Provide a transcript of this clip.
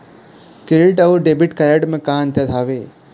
Credit अऊ debit card म का अंतर हावे?